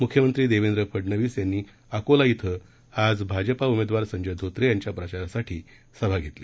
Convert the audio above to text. मुख्यमंत्री देवेंद्र फडणवीस यांनी अकोला श्री आज भाजपा उमेदवार संजय धोत्रे यांच्या प्रचारासाठी सभा घेतली